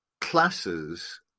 classes